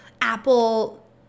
Apple